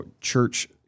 church